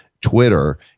Twitter